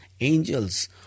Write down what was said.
angels